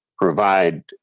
provide